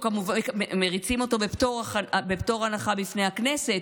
ומריצים אותו בפטור מחובת הנחה בפני הכנסת,